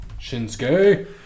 Shinsuke